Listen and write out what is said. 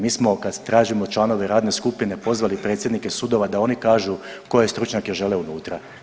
Mi smo kad tražimo članove radne skupine pozvali predsjednike sudova da oni kažu koje stručnjake žele unutra.